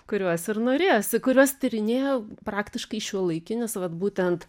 kuriuos ir norėjosi kuriuos tyrinėjo praktiškai šiuolaikinis vat būtent